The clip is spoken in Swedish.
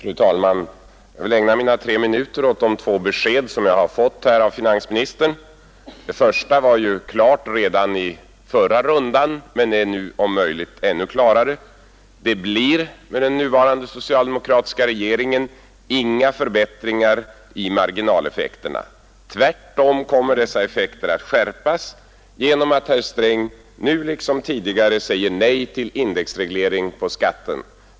Fru talman! Jag vill ägna mina tre minuter åt de två besked som jag här fått av finansministern. Det första var klart redan i förra rundan och är nu om möjligt ännu klarare: det blir med den nuvarande socialdemokratiska regeringen inga förbättringar i marginaleffekterna vid beskattningen. Tvärtom kommer dessa effekter att skärpas genom att herr Sträng nu liksom tidigare säger nej till indexreglering av skatten.